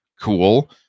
cool